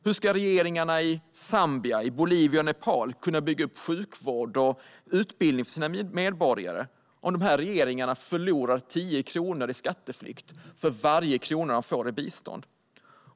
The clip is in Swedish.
Hur ska regeringarna i Zambia, Bolivia och Nepal kunna bygga upp sjukvård och utbildning för sina medborgare om dessa regeringar förlorar 10 kronor i skatteflykt för varje krona som de får i bistånd?